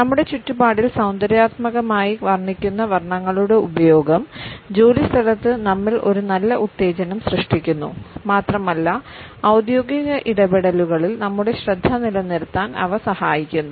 നമ്മുടെ ചുറ്റുപാടിൽ സൌന്ദര്യാത്മകമായി വർണ്ണിക്കുന്ന വർണ്ണങ്ങളുടെ ഉപയോഗം ജോലിസ്ഥലത്ത് നമ്മിൽ ഒരു നല്ല ഉത്തേജനം സൃഷ്ടിക്കുന്നു മാത്രമല്ല ഔദ്യോഗിക ഇടപെടലുകളിൽ നമ്മുടെ ശ്രദ്ധ നിലനിർത്താൻ അവ സഹായിക്കുന്നു